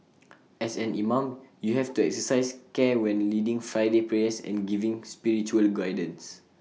as an imam you have to exercise care when leading Friday prayers and giving spiritual guidance